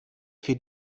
für